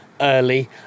early